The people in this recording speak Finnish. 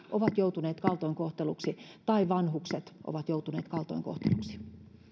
ovat joutuneet kaltoin kohdelluiksi tai vanhukset ovat joutuneet kaltoin kohdelluiksi